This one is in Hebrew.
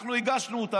אנחנו הגשנו אותה.